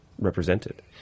Represented